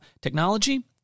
technology